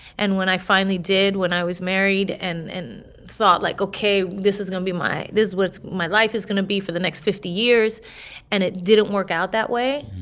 and when i finally did, when i was married and and thought like, ok, this is going to be my this what's my life is going to be for the next fifty years and it didn't work out that way,